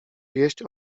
wieść